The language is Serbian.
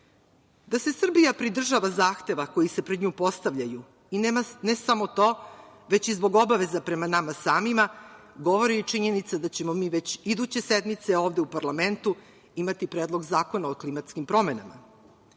se Srbija pridržava zahteva koji se pred nju postavljaju i ne samo to, već i zbog obaveza prema nama samima, govori i činjenica da ćemo mi već iduće sedmice ovde u parlamentu imati Predlog zakona o klimatskim promenama. Mi